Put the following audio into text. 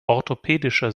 orthopädischer